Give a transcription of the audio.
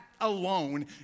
alone